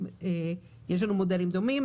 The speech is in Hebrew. יש לנו מודלים דומים.